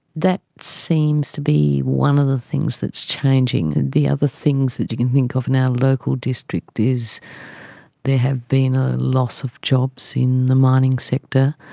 that seems to be one of the things that's changing. the other things that you can think of now, local district, is there have been a loss of jobs in the mining sector,